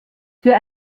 für